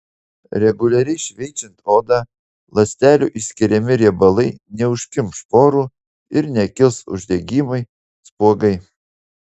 reguliariai šveičiant odą ląstelių išskiriami riebalai neužkimš porų ir nekils uždegimai spuogai